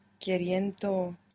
Queriendo